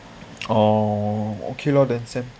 oh okay lor then send